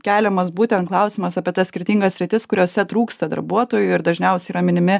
keliamas būtent klausimas apie tas skirtingas sritis kuriose trūksta darbuotojų ir dažniausia yra minimi